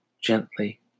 gently